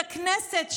את בית הכנסת,